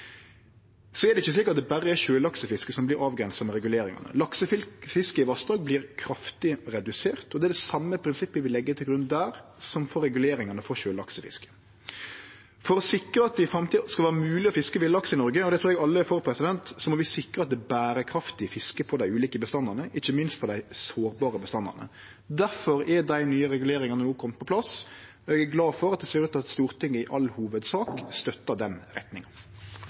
Det er ikkje slik at det berre er sjølaksefisket som vert avgrensa med reguleringane. Laksefiske i vassdrag vert kraftig redusert, og det er det same prinsippet vi legg til grunn der som for reguleringane for sjølaksefisket. For å sikre at det i framtida skal vere mogleg å fiske villaks i Noreg – og det trur eg alle er for – må vi sikre at det er berekraftig fiske på dei ulike bestandane, ikkje minst på dei sårbare bestandane. Difor er dei nye reguleringane no komne på plass, og eg er glad for at det ser ut til at Stortinget i all hovudsak støttar den retninga.